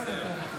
להתנגד להצעה.